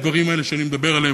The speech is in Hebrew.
הדברים האלה שאני מדבר עליהם,